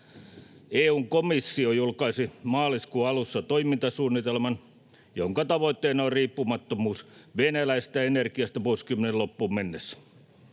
EU:n komissio julkaisi maaliskuun alussa toimintasuunnitelman, jonka tavoitteena on riippumattomuus venäläisestä energiasta vuosikymmenen loppuun mennessä.